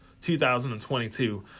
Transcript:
2022